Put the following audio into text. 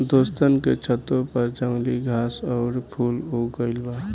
दोस्तन के छतों पर जंगली घास आउर फूल उग गइल बा